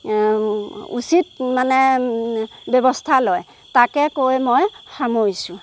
উচিত মানে ব্যৱস্থা লয় তাকে কৈ মই সামৰিছোঁ